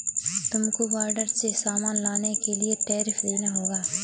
तुमको बॉर्डर से सामान लाने के लिए टैरिफ देना होगा